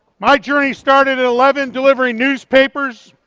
my journey started at eleven delivering newspapers.